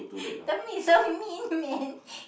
don't be so mean man